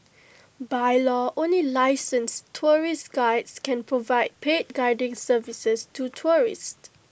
by law only licensed tourist Guides can provide paid guiding services to tourists